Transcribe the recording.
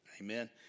Amen